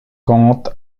compte